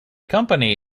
company